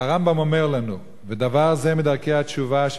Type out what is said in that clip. אבל הרמב"ם אומר לנו: ודבר זה מדרכי התשובה,